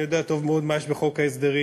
ואני יודע טוב מאוד מה יש בחוק ההסדרים,